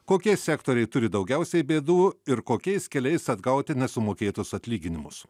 kokie sektoriai turi daugiausiai bėdų ir kokiais keliais atgauti nesumokėtus atlyginimus